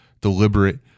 deliberate